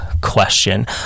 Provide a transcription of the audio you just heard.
question